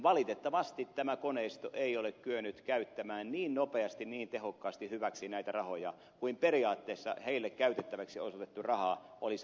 valitettavasti tämä koneisto ei ole kyennyt käyttämään niin nopeasti ja niin tehokkaasti hyväksi näitä rahoja kuin periaatteessa niille käytettäväksi osoitettu raha olisi antanut myöten